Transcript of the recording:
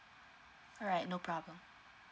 alright no problem